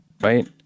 right